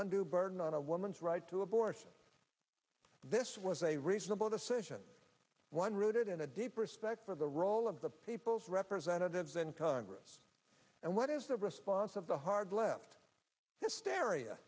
to burden on a woman's right to abortion this was a reasonable decision one rooted in a deep respect for the role of the people's representatives in congress and what is the response of the hard left hysteria